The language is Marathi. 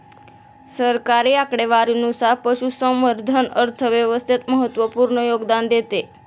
सरकारी आकडेवारीनुसार, पशुसंवर्धन अर्थव्यवस्थेत महत्त्वपूर्ण योगदान देते